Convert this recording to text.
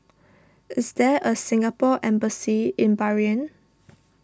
is there a Singapore Embassy in Bahrain